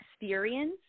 experience